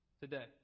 today